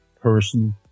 person